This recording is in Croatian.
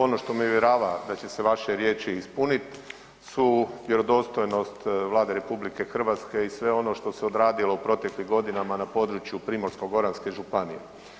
Ono što me uvjerava da će se vaše riječi ispunit su vjerodostojnost Vlade RH i sve ono što se odradilo u proteklim godinama na području Primorsko-goranske županije.